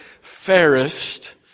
fairest